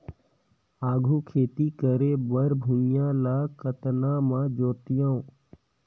आघु खेती करे बर भुइयां ल कतना म जोतेयं?